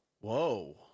whoa